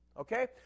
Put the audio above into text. Okay